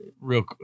real